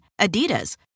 Adidas